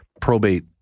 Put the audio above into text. probate